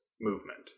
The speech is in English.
movement